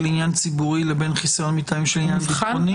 עניין ציבורי לבין חיסיון מטעמים של עניין ביטחוני?